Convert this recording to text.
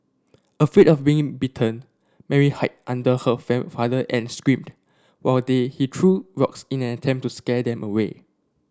afraid of being bitten Mary hide under her father and screamed while the he threw rocks in an attempt to scare them away